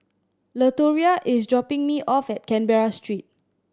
Latoria is dropping me off at Canberra Street